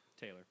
Taylor